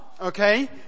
okay